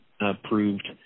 approved